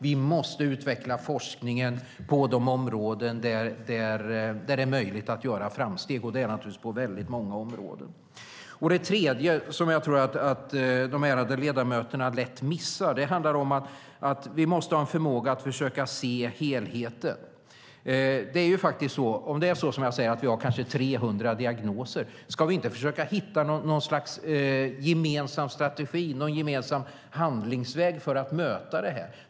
Vi måste utveckla forskningen på de områden där det är möjligt att göra framsteg, och det är naturligtvis på väldigt många områden. Den tredje tankebanan, som jag tror att de ärade ledamöterna lätt missar, är att vi måste ha en förmåga att se helheten. Om det är som jag säger, nämligen att vi har kanske 300 diagnoser, ska vi inte försöka hitta något slags gemensam strategi - en gemensam handlingsväg - för att möta detta?